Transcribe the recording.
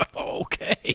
Okay